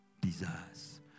desires